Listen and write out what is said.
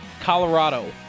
Colorado